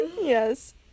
Yes